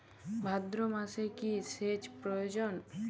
ভাদ্রমাসে কি সেচ প্রয়োজন?